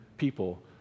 people